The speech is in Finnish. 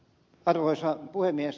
arvoisa puhemies